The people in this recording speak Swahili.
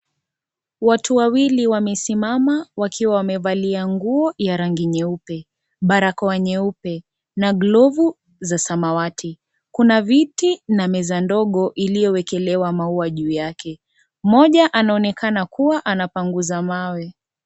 Watu wawili wamesimama wakiwa wamevalia nguo ya rangi nyeupe, barakoa nyeupe na glovu za samawati. Kuna viti na meza ndogo iliyowekelewa maua juu yake. Mmoja, anaonekana kuwa, anapangusa mawe.